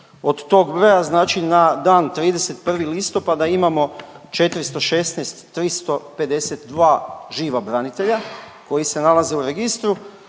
od tog broja na dan 31. listopada imamo 416352 živa branitelja koji se nalaze u registru.